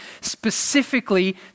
specifically